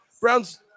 Browns